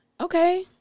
Okay